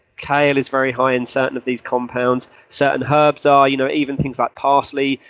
kale is very high in certain of these compounds. certain herbs are you know even things like parsley,